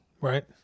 Right